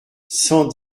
cent